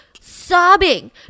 sobbing